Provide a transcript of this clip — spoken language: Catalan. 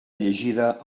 llegida